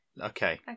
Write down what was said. Okay